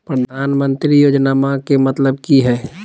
प्रधानमंत्री योजनामा के मतलब कि हय?